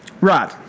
Right